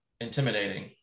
Intimidating